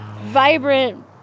vibrant